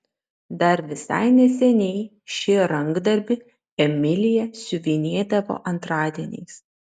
dar visai neseniai šį rankdarbį emilija siuvinėdavo antradieniais